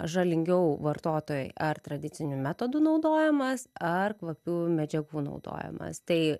žalingiau vartotojui ar tradicinių metodų naudojimas ar kvapiųjų medžiagų naudojimas tai